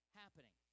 happening